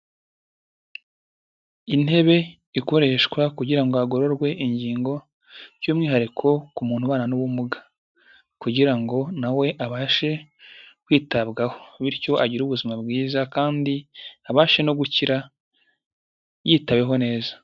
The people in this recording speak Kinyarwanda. Intebe ikoreshwa kugira ngo hagororwe ingingo by'umwihariko ku muntu ubana n'ubumuga, kugira ngo na we abashe kwitabwaho bityo agire ubuzima bwiza kandi abashe no gukira yitaweho neza.